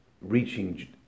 reaching